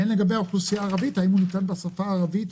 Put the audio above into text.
והאם לגבי האוכלוסייה הערבית הוא ניתן בשפה הערבית.